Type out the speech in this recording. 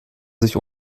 sich